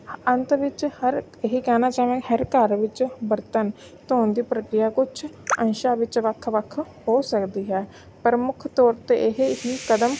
ਅੰਤ ਵਿੱਚ ਹਰ ਇਹ ਕਹਿਣਾ ਚਾਹਵਾਂ ਹਰ ਘਰ ਵਿੱਚ ਬਰਤਨ ਧੋਣ ਦੀ ਪ੍ਰਕਿਰਿਆ ਕੁਛ ਅੰਸ਼ਾਂ ਵਿੱਚ ਵੱਖ ਵੱਖ ਹੋ ਸਕਦੀ ਹੈ ਪ੍ਰਮੁੱਖ ਤੌਰ 'ਤੇ ਇਹ ਹੀ ਕਦਮ